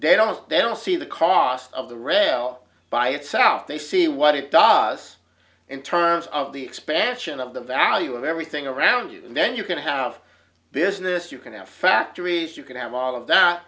they don't they don't see the cost of the rail by itself they see what it does in terms of the expansion of the value of everything around you then you're going to have business you can have factories you can have all of that